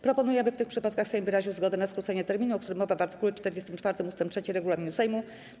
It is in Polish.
Proponuję, aby w tych przypadkach Sejm wyraził zgodę na skrócenie terminu, o którym mowa w art. 44 ust. 3 regulaminu Sejmu.